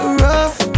rough